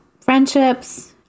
friendships